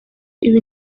ibi